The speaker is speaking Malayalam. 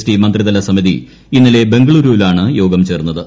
ടി മന്ത്രിതല സമിതി ഇന്നലെ ബംഗളുരുവിലാണ് യോഗം ചേർന്നത്